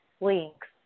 links